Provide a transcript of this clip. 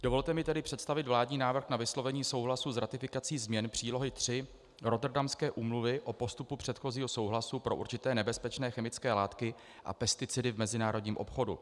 Dovolte mi tedy představit vládní návrh na vyslovení souhlasu s ratifikací změn přílohy III Rotterdamské úmluvy o postupu předchozího souhlasu pro určité nebezpečné chemické látky a pesticidy v mezinárodním obchodu.